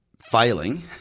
Failing